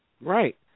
Right